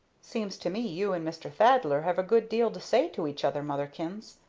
seems to me you and mr. thaddler have a good deal to say to each other, motherkins.